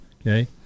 okay